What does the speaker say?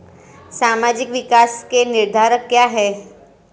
सामाजिक विकास के निर्धारक क्या है?